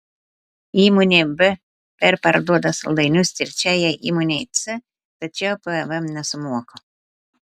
įmonė b perparduoda saldainius trečiajai įmonei c tačiau pvm nesumoka